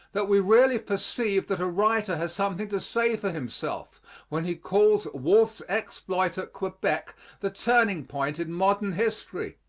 that we really perceive that a writer has something to say for himself when he calls wolfe's exploit at quebec the turning point in modern history.